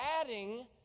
adding